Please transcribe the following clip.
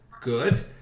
good